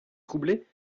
troublé